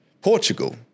Portugal